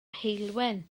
heulwen